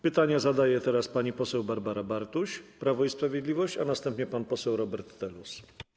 Pytania zadają pani poseł Barbara Bartuś, Prawo i Sprawiedliwość, a następnie pan poseł Robert Telus.